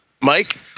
Mike